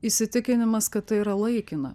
įsitikinimas kad tai yra laikina